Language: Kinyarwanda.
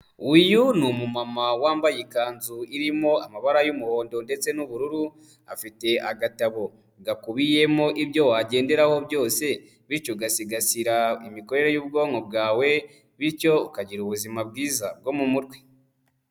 Uyu ni umu mama wambaye ikanzu irimo amabara y'umuhondo ndetse n'ubururu, afite agatabo gakubiyemo ibyo wagenderaho byose bityo ugasigasira imikorere y'ubwonko bwawe bityo ukagira ubuzima bwiza bwo mu mutwe.